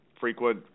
Frequent